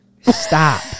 Stop